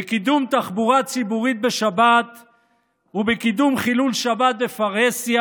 בקידום תחבורה ציבורית בשבת ובקידום חילול שבת בפרהסיה